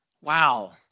wow